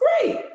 great